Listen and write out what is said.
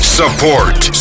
support